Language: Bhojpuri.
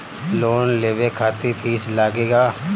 लोन लेवे खातिर फीस लागेला?